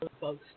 folks